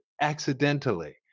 accidentally